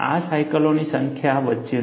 આ સાયકલોની સંખ્યા વચ્ચેનું છે